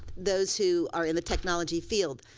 those who are in the technology field.